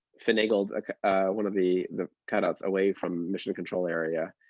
finagled one of the the cutouts away from mission control area,